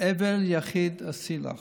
"אבל יחיד עשי לך".